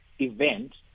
event